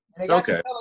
Okay